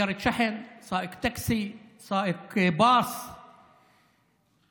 רישיון הנהיגה הוא כלי עבודה עבור חלק